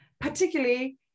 particularly